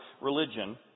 religion